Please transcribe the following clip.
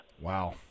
Wow